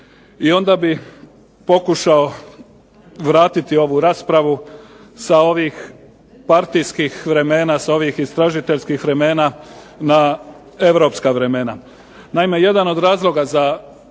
i onda bih pokušao vratiti ovu raspravu sa ovih partijskih vremena, sa ovih istražiteljskih vremena na europska vremena.